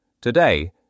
Today